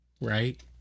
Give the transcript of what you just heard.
right